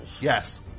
Yes